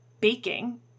baking